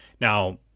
Now